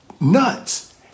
nuts